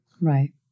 Right